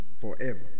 forever